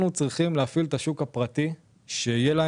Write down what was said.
אנחנו צריכים להפעיל את השוק הפרטי כך שיהיה לו